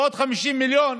ועוד 50 מיליון,